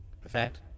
Perfect